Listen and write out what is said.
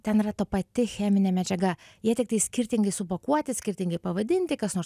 ten yra ta pati cheminė medžiaga jie tiktai skirtingai supakuoti skirtingai pavadinti kas nors